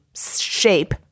shape